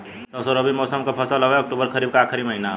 सरसो रबी मौसम क फसल हव अक्टूबर खरीफ क आखिर महीना हव